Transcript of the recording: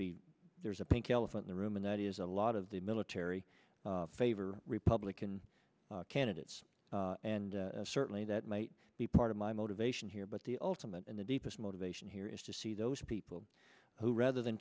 be there's a pink elephant the room and that is a lot of the military favor republican candidates and certainly that might be part of my motivation here but the ultimate and the deepest motivation here is to see those people who rather than